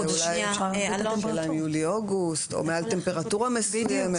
השאלה אם יולי-אוגוסט או מעל טמפרטורה מסוימת.